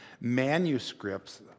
manuscripts